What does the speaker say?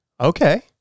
Okay